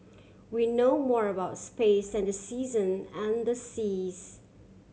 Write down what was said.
we know more about space than the season and seas